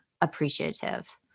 appreciative